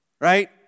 Right